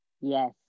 Yes